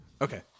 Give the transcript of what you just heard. Okay